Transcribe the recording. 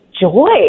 joy